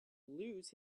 lose